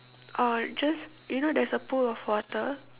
uh just you know there's a pool of water